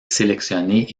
sélectionnés